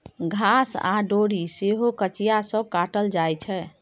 घास आ डोरी सेहो कचिया सँ काटल जाइ छै